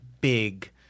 big